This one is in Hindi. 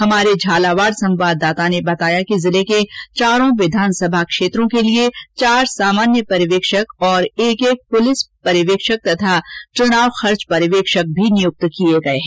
हमारे झालावाड़ संवाददाता ने बताया कि जिले के चारों विधानसभा क्षेत्रों के लिए चार सामान्य प्रेक्षक और एक एक पुलिस प्रेक्षक तथाचुनाव खर्च भी प्रेक्षक नियुक्त किए गए हैं